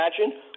imagine